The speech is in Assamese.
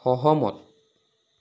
সহমত